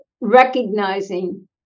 recognizing